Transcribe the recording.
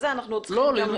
אנחנו עוד צריכים להוסיף.